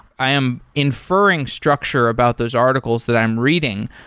i am inferring structure about those articles that i'm reading,